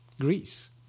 Greece